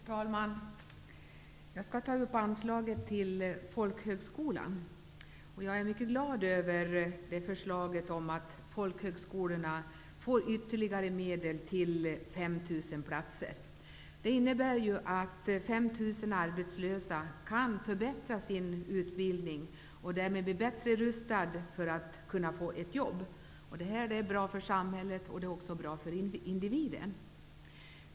Herr talman! Jag skall ta upp frågan om anslaget till folkhögskolan. Jag är mycket glad över förslaget att folkhögskolorna skall få ytterligare medel till 5 000 platser. Det innebär att 5 000 arbetslösa kan förbättra sin utbildning och därmed bli bättre rustade att kunna få ett jobb. Det är bra för samhället och också bra för individen.